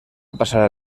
passar